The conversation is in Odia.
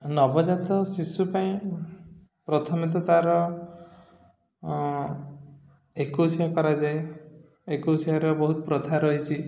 ନବଜାତ ଶିଶୁ ପାଇଁ ପ୍ରଥମେତ ତାର ଏକୋଇଶିଆ କରାଯାଏ ଏକୋଇଶିଆର ବହୁତ ପ୍ରଥା ରହିଛି